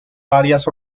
varias